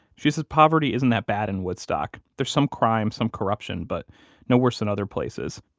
she says poverty isn't that bad in woodstock. there's some crime, some corruption, but no worse than other places.